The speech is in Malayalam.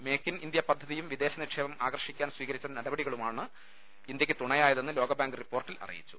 മേക്ക് ഇൻ ഇന്ത്യ പദ്ധതിയും വിദേശ നിക്ഷേപം ആകർഷിക്കാൻ സ്വീകരിച്ച നടപടി കളുമാണ് ഇന്ത്യക്ക് തുണയായതെന്ന് ലോകബാങ്ക് റിപ്പോർട്ടിൽ അറിയിച്ചു